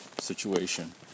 situation